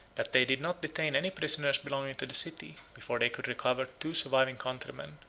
that they did not detain any prisoners belonging to the city, before they could recover two surviving countrymen,